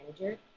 manager